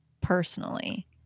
personally